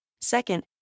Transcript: Second